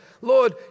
Lord